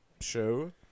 show